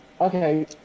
Okay